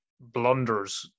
blunders